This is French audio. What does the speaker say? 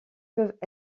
peuvent